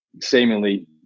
seemingly